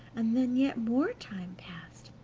and then yet more time passed,